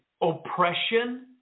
oppression